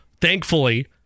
thankfully